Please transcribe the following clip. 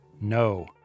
No